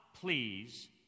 please